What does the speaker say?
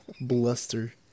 Bluster